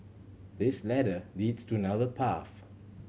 this ladder leads to another path